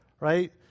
right